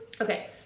Okay